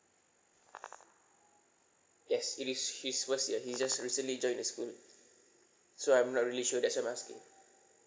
yes it is his first year he just recently joined the school so I am not really sure that's why I'm asking